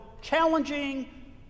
challenging